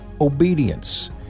obedience